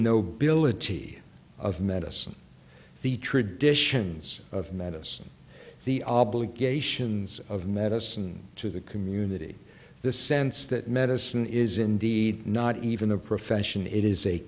nobility of medicine the traditions of medicine the obligations of medicine to the community the sense that medicine is indeed not even a profession it is a